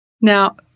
Now